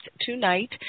tonight